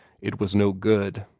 it was no good.